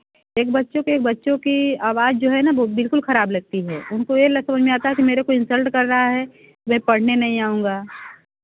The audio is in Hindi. एक बच्चे को एक बच्चों की आवाज़ जो है ना वह बिल्कुल खराब लगती है उनको यह लग समझ में आता है मेरे को इंसल्ट कर रहा है मैं पढ़ने नहीं आऊँगा